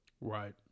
Right